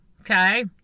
okay